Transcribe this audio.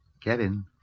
Kevin